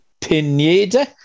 Pineda